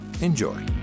Enjoy